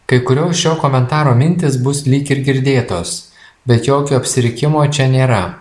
kai kurios šio komentaro mintys bus lyg ir girdėtos bet jokio apsirikimo čia nėra